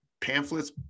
pamphlets